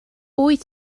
wyt